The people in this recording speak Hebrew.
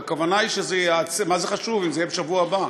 מה זה חשוב אם זה יהיה בשבוע הבא?